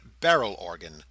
barrel-organ